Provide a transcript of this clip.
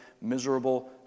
miserable